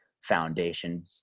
foundation